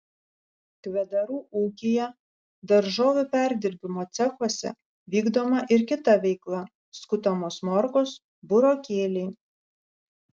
kvedarų ūkyje daržovių perdirbimo cechuose vykdoma ir kita veikla skutamos morkos burokėliai